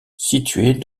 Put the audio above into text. située